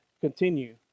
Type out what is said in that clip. continue